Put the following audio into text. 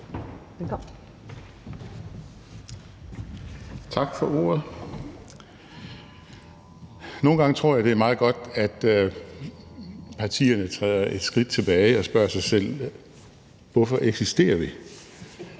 Tak for ordet. Nogle gange tror jeg, det er meget godt, at partierne træder et skridt tilbage og spørger sig selv: Hvorfor eksisterer vi?